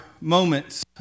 moments